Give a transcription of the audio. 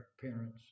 parents